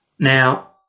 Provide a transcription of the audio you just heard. Now